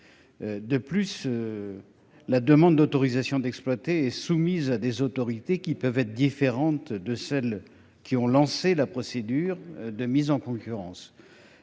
De plus, la demande d'autorisation d'exploiter étant soumise à des autorités qui peuvent être différentes de celles ayant lancé la procédure de mise en concurrence,